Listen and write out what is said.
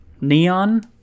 neon